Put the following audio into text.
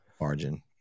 margin